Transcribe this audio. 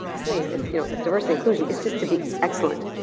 to me it's you know diversity, inclusion, it's just to be excellent,